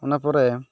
ᱚᱱᱟ ᱯᱚᱨᱮ